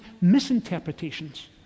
misinterpretations